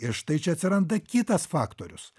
ir štai čia atsiranda kitas faktorius